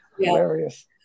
Hilarious